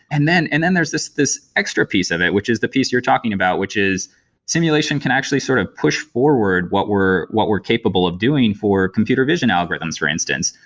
and then and then there's this this extra piece of it, which is the piece you're talking about, which is simulation can actually sort of push forward what we're we're capable of doing for computer vision algorithms, for instance,